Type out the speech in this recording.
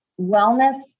wellness